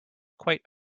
quite